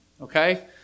okay